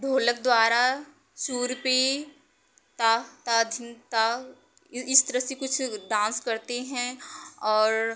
ढोलक द्वारा सुर पर ता ता झीन ता इस तरह से कुछ डांस करते हैं और